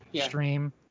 stream